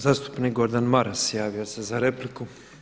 Zastupnik Gordan Maras javio se za repliku.